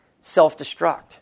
self-destruct